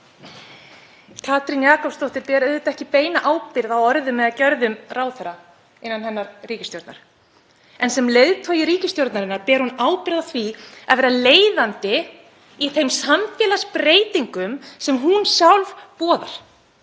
Katrín Jakobsdóttir ber ekki beina ábyrgð á orðum eða gjörðum ráðherra innan sinnar ríkisstjórnar en sem leiðtogi ríkisstjórnarinnar ber hún ábyrgð á því að vera leiðandi í þeim samfélagsbreytingum sem hún sjálf boðar.